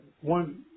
one